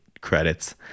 credits